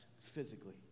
physically